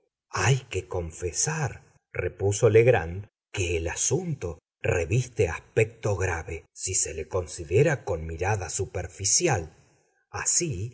hay que confesar repuso legrand que el asunto reviste aspecto grave si se le considera con mirada superficial así